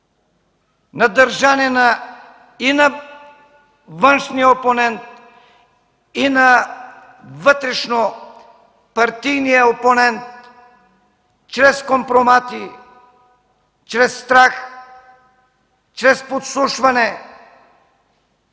на държание и на външния опонент, и на вътрешнопартийния опонент чрез компромати, чрез страх, чрез подслушване.